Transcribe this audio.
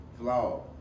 Vlog